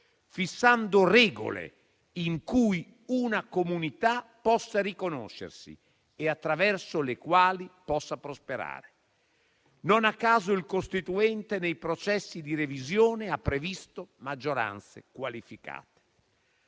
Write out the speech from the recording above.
fissando regole in cui una comunità possa riconoscersi e attraverso le quali possa prosperare. Non a caso il costituente, nei processi di revisione, ha previsto maggioranze qualificate.